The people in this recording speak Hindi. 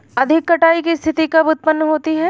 अधिक कटाई की स्थिति कब उतपन्न होती है?